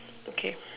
okay